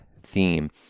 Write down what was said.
theme